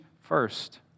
first